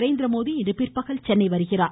நரேந்திரமோடி இன்று பிற்பகல் சென்னை வருகிறார்